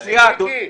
1% זה 2.2 מיליארד.